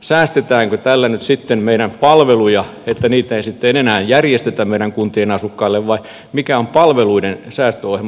säästetäänkö tällä nyt sitten meidän palvelujamme että niitä ei sitten enää järjestetä meidän kuntiemme asukkaille vai mikä on palveluiden säästöohjelma